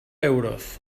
euros